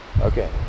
Okay